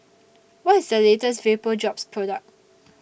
What IS The latest Vapodrops Product